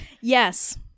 Yes